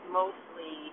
mostly